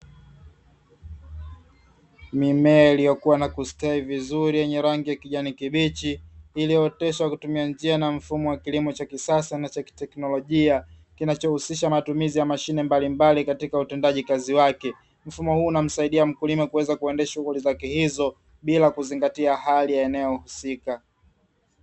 Mimea iliyokua na kustawi vizuri yenye rangi ya kijani kibichi iliyooteshwa kwa kutumia njia na mfumo wa kilimo cha kisasa na cha kiteknolojia kinachohusisha matumizi ya mashine mbalimbali katika utendaji kazi wake, mfumo huu unamsaidia mkulima kuweza kuendesha shughuli zake hizo bila kuzingatia hali ya eneo husika.